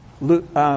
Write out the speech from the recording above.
Luke